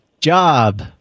Job